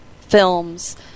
films